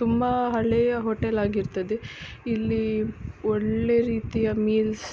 ತುಂಬ ಹಳೆಯ ಹೋಟೆಲ್ ಆಗಿರ್ತದೆ ಇಲ್ಲಿ ಒಳ್ಳೆ ರೀತಿಯ ಮೀಲ್ಸ್